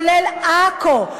כולל עכו,